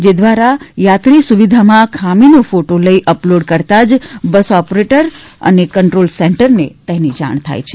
જે દ્વારા યાત્રી સુવિધામાં ખામીનો ફોટો લઇ અપલોડ કરતા જ બસ ઓપરેટર કંટ્રોલ સેન્ટરને તેની જાણ થાય છે